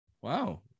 Wow